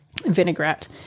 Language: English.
vinaigrette